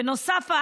בנוסף,